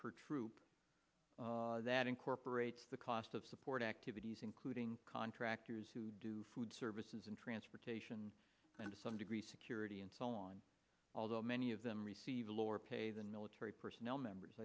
per troop that incorporates the cost of support activities including contractors who do food services and transportation and to some degree security and so on although many of them receive lower pay than military personnel members